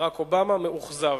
ברק אובמה מאוכזב,